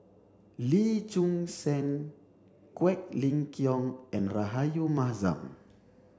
Lee Choon Seng Quek Ling Kiong and Rahayu Mahzam